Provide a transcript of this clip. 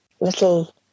little